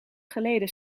geleden